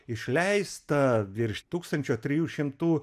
išleista virš tūkstančio trijų šimtų